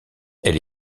elle